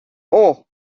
اوه